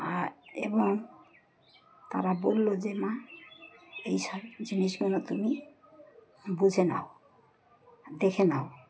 আর এবং তারা বললো যে মা এইসব জিনিসগুলো তুমি বুঝে নাও দেখে নাও